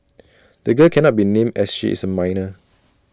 the girl cannot be named as she is A minor